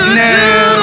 now